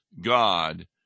God